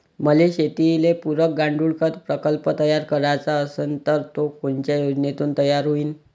मले शेतीले पुरक गांडूळखत प्रकल्प तयार करायचा असन तर तो कोनच्या योजनेतून तयार होईन?